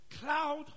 Cloud